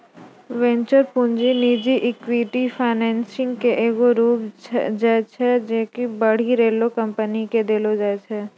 venture पूंजी निजी equity financing के एगो रूप छै जे कि बढ़ि रहलो कंपनी के देलो जाय छै